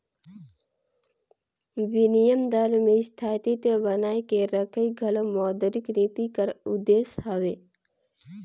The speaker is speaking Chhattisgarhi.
बिनिमय दर में स्थायित्व बनाए के रखई घलो मौद्रिक नीति कर उद्देस हवे